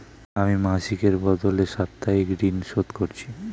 আমি মাসিকের বদলে সাপ্তাহিক ঋন শোধ করছি